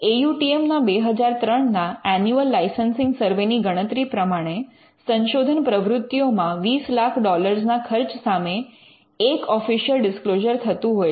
એ U T M ના ૨૦૦૩ના annual licensing survey ની ગણતરી પ્રમાણે સંશોધન પ્રવૃત્તિઓમાં 20 લાખ ડોલરના ખર્ચ સામે એક ઑફિશલ ડિસ્ક્લોઝર થતું હોય છે